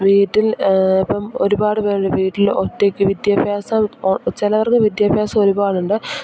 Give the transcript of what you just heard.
വീട്ടിൽ ഇപ്പം ഒരുപാട് പേരുള്ള വീട്ടിൽ ഒറ്റയ്ക്ക് വിദ്യാഭ്യാസം ചിലവർക്ക് വിദ്യാഭ്യാസം ഒരുപാടുണ്ട്